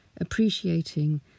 appreciating